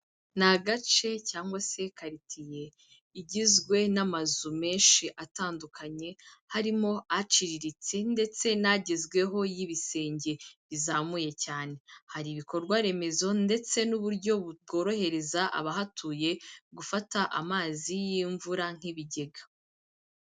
Ni agace cyangwa se karitsiye igizwe n'amazu menshi atandukanye, harimo aciriritse ndetse n'agezweho y'ibisenge bizamuye cyane. Hari ibikorwa remezo ndetse n'uburyo bworohereza abahatuye gufata amazi y'imvura nk'ibigega.